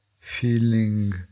feeling